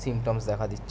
symptoms দেখা দিচ্ছে